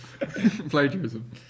Plagiarism